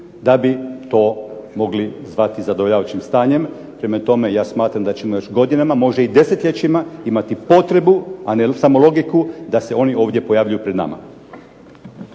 da bi to mogli zvati zadovoljavajućim stanjem. Prema tome, ja smatram da ćemo godinama, može i desetljećima imati potrebu a ne samo logiku da se oni ovdje pojavljuju pred nama.